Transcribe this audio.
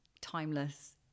timeless